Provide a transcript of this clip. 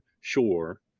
sure